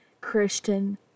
Christian